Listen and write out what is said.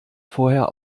vorher